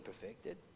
perfected